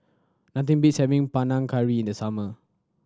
nothing beats having Panang Curry in the summer